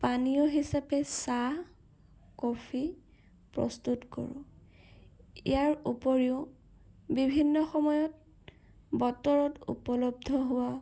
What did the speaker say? পানীয় হিচাপে চাহ কফি প্ৰস্তুত কৰোঁ ইয়াৰ উপৰিও বিভিন্ন সময়ত বতৰত উপলব্ধ হোৱা